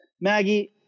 Maggie